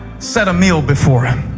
set a meal before him.